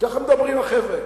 ככה מדברים החבר'ה.